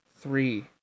Three